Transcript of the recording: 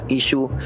issue